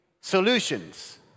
solutions